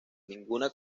ninguna